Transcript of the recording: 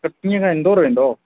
कटनीअ खां इंदौर वेंदो